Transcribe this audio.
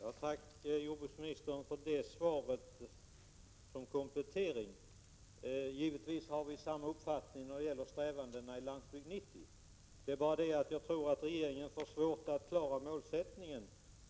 Herr talman! Tack, jordbruksministern, för det kompletterande svaret. Givetvis har vi samma uppfattning vad gäller strävandena i Landsbygd 90. Men jag tror att regeringen får svårt att klara målet med